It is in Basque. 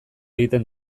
egiten